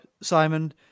simon